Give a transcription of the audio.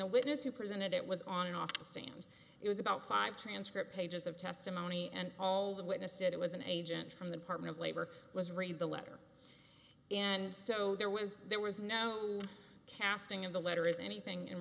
the witness who presented it was on and off the stand it was about five transcript pages of testimony and all the witness it was an agent from the department of labor was read the letter and so there was there was no casting of the letter is anything in